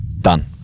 Done